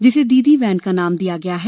जिसे दीदी वैन नाम दिया गया है